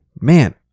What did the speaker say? Man